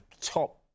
top